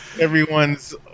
everyone's